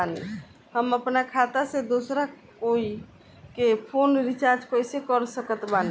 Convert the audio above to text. हम अपना खाता से दोसरा कोई के फोन रीचार्ज कइसे कर सकत बानी?